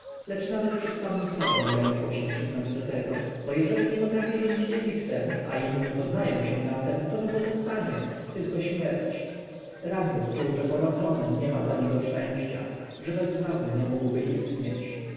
lecz nawet przed samym sobą lękał się przyznać do tego bo jeżeli nie potrafi rządzić egiptem a inni poznają się na tem co mu pozostanie tylko śmierć ramzes czuł że poza tronem niema dla niego szczęścia że bez władzy nie mógłby istnieć